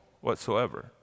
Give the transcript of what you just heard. whatsoever